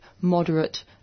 moderate